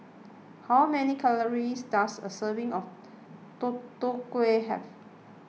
how many calories does a serving of Tutu Kueh have